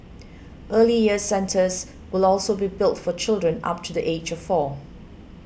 Early Years Centres will also be built for children up to the age of four